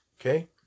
Okay